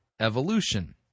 Evolution